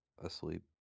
asleep